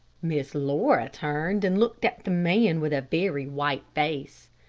miss laura turned and looked at the man with a very white face.